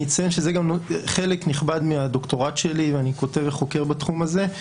אני אציין שזה גם חלק נכבד מהדוקטורט שלי ואני כותב וחוקר בתחום הזה.